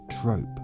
Trope